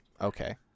Okay